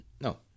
no